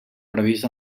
previst